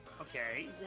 Okay